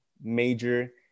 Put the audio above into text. major